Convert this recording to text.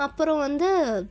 அப்புறம் வந்து